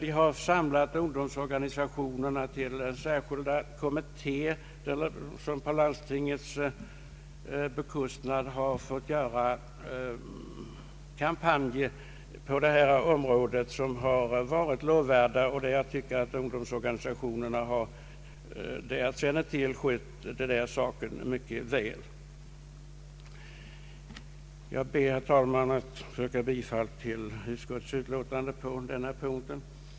De har samlat representanter för ungdomsorganisationerna till särskilda kommittéer, som på landstingets bekostnad har fått driva kampanjer på detta område, en verksamhet som har varit lovvärd. Såvitt jag känner till har ungdomsorganisationerna skött den verksamheten mycket väl. Jag ber, herr talman, att få yrka bifall till utskottets hemställan på denna punkt.